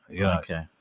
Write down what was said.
Okay